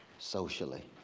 socially?